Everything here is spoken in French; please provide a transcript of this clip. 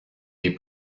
des